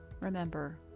Remember